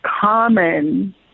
Common